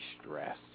stress